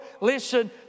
listen